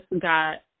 got